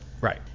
Right